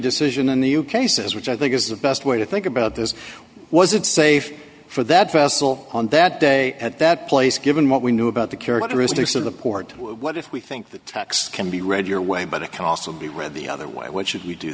decision in the u k says which i think is the best way to think about this was it safe for that vessel on that day at that place given what we knew about the characteristics of the port what if we think that can be read your way but it can also be read the other way what should we do